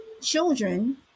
children